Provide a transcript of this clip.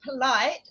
polite